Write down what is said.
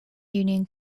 union